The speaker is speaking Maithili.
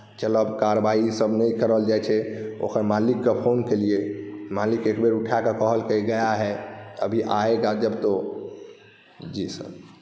चलब कार्यवाहीसभ नहि कयल जाइत छै ओकर मालिककेँ फोन केलियै मालिक एकबेर उठा कऽ कहलकै गया है अभी आएगा जब तो जी सर